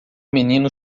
menino